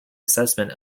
assessment